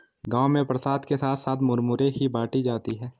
गांव में प्रसाद के साथ साथ मुरमुरे ही बाटी जाती है